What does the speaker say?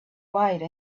white